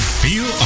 feel